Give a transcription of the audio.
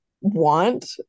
want